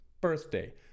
birthday